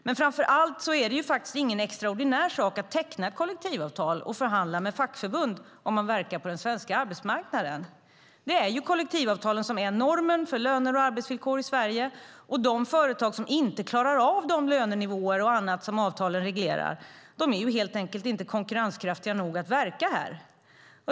Men framför allt är det ingen extraordinär sak att teckna ett kollektivavtal och förhandla med fackförbund om man verkar på den svenska arbetsmarknaden. Det är ju kollektivavtalen som är normen för löner och arbetsvillkor i Sverige, och de företag som inte klarar av de lönenivåer och annat som avtalen reglerar är helt enkelt inte konkurrenskraftiga nog att verka här.